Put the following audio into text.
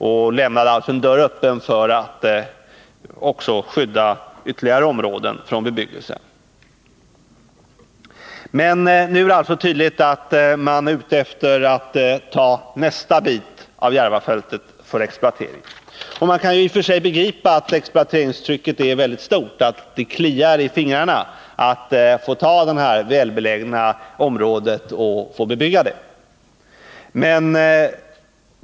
Det lämnades alltså en dörr öppen för att också ytterligare områden skulle kunna skyddas från bebyggelse. Men nu är det tydligt att man är ute efter att exploatera nästa bit av Järvafältet. Man kan i och för sig begripa att exploateringstrycket är mycket stort, att det kliar i fingrarna att få ta i anspråk det här välbelägna området och bebygga det.